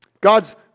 God's